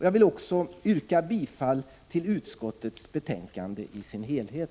Jag vill också yrka bifall till utskottets hemställan i sin helhet.